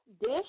Dish